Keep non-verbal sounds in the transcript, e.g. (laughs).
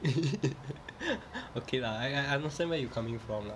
(laughs) okay lah I I understand where you're coming from lah